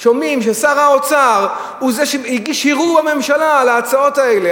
שומעים ששר האוצר הוא זה שהגיש ערעור בממשלה על ההצעות האלה,